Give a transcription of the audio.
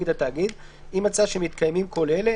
על עיכוב ההליכים נגד התאגיד אם מצא שמתקיימים כל אלה,